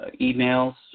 emails